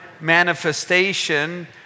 manifestation